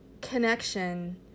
connection